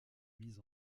mise